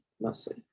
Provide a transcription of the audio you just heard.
Mostly